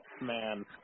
man